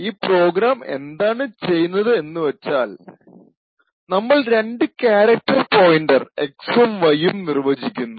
ഈ പ്രോഗ്രാം എന്താണ് ചെയ്യുന്നത് എന്ന് വച്ചാൽ നമ്മൾ രണ്ട് ക്യാരക്ടർ പോയിന്റർ X ഉം Y ഉം നിർവചിക്കുന്നു